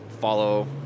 follow